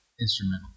instrumental